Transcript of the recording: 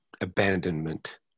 abandonment